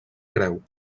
creu